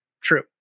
true